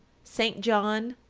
st. john,